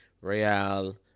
Real